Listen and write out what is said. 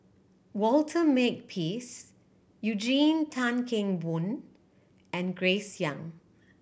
Walter Makepeace Eugene Tan Kheng Boon and Grace Young